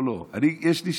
אני אל שדי,